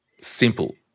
Simple